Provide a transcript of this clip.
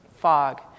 fog